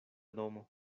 domo